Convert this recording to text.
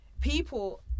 people